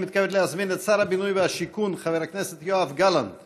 אני מתכבד להזמין את שר הבינוי והשיכון חבר הכנסת יואב גלנט